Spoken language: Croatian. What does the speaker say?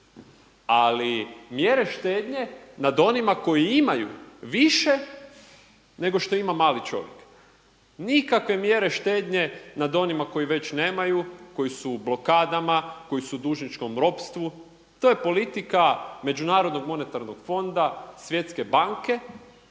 ali mjere štednje nad onima koji imaju više nego što ima mali čovjek. Nikakve mjere štednje nad onima koji već nemaju, koji su u blokadama, koji su u dužničkom ropstvu, to je politika Međunarodnog monetarnog fonda, Svjetske banke